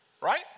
right